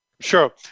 Sure